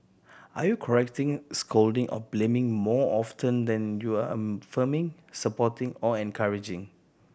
are you correcting scolding or blaming more often than you are affirming supporting or encouraging